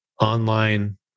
online